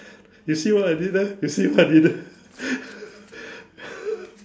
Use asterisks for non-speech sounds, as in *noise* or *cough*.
you see what I did there you see what I did there *laughs*